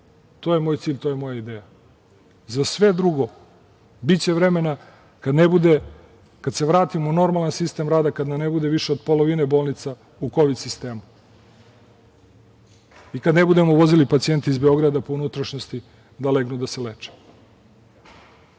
To je moj cilj, to je moja ideja. Za sve drugo biće vremena kad se vratimo u normalan sistem rada, kad nam ne bude više od polovine bolnica u Kovid sistemu i kad ne budemo vozili pacijente iz Beograda po unutrašnjosti da legnu da se leče. Sad